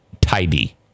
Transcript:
tidy